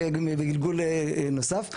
בגלגול נוסף,